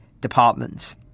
departments